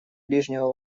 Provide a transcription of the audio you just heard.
ближнего